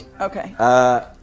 Okay